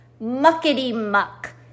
Muckety-muck